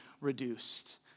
reduced